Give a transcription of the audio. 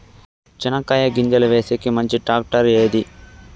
చెనక్కాయ గింజలు వేసేకి మంచి టాక్టర్ ఏది?